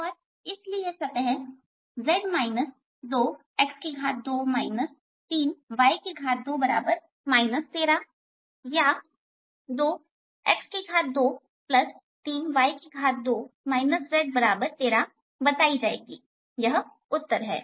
और इसलिए सतह z 2x2 3y2 13 या 2x23y2 z13बताई जाएगी यह उत्तर है